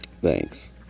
Thanks